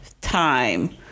time